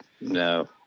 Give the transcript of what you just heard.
No